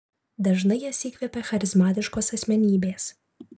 dažnai jas įkvepia charizmatiškos asmenybės